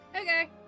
Okay